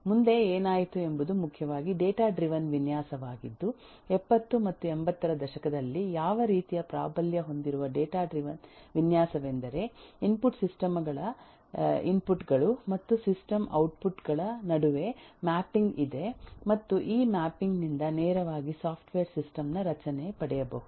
ಮುಂದೆ ಏನಾಯಿತು ಎಂಬುದು ಮುಖ್ಯವಾಗಿ ಡೇಟಾ ಡ್ರಿವನ್ ವಿನ್ಯಾಸವಾಗಿದ್ದು 70 ಮತ್ತು 80 ರ ದಶಕದಲ್ಲಿ ಯಾವ ರೀತಿಯ ಪ್ರಾಬಲ್ಯ ಹೊಂದಿರುವ ಡೇಟಾ ಡ್ರಿವನ್ ವಿನ್ಯಾಸವೆಂದರೆ ಇನ್ಪುಟ್ ಸಿಸ್ಟಮ್ ಗಳ ಇನ್ಪುಟ್ ಗಳು ಮತ್ತು ಸಿಸ್ಟಮ್ ಔಟ್ಪುಟ್ ಗಳ ನಡುವೆ ಮ್ಯಾಪಿಂಗ್ ಇದೆ ಮತ್ತು ಈ ಮ್ಯಾಪಿಂಗ್ ನಿಂದ ನೇರವಾಗಿ ಸಾಫ್ಟ್ವೇರ್ ಸಿಸ್ಟಮ್ ನ ರಚನೆಯನ್ನು ಪಡೆಯಬಹುದು